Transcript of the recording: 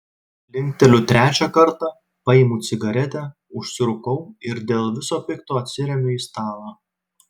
linkteliu trečią kartą paimu cigaretę užsirūkau ir dėl viso pikto atsiremiu į stalą